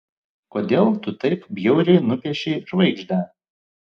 kodėl tu taip bjauriai nupiešei žvaigždę